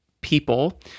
people